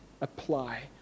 apply